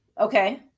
Okay